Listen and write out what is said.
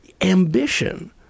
ambition